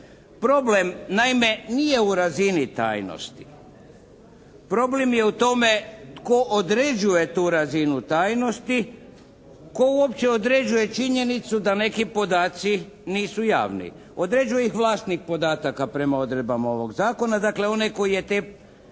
Problem naime nije u razini tajnosti. Problem je u tome tko određuje tu razinu tajnosti, tko uopće određuje činjenicu da neki podaci nisu javni. Određuje ih vlasnik podataka prema odredbama ovog zakona, dakle onaj koji je te